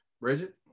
Bridget